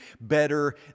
better